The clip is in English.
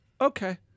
okay